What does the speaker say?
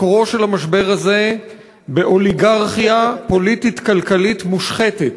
מקורו של המשבר הזה באוליגרכיה פוליטית-כלכלית מושחתת